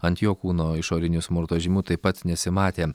ant jo kūno išorinių smurto žymių taip pat nesimatė